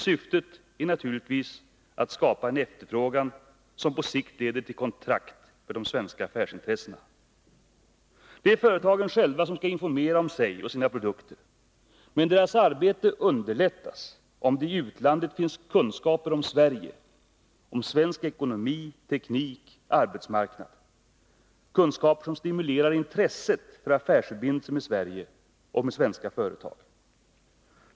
Syftet är naturligtvis att skapa en efterfrågan som på sikt leder till kontrakt för de svenska affärsintressena. Det är företagen själva som skall informera om sig och sina produkter. Men deras arbete underlättas ifall det i utlandet finns kunskaper om Sverige, om svensk ekonomi, teknik och arbetsmarknad, kunskaper som stimulerar intresset för affärsförbindelser med Sverige och svenska företag.